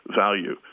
value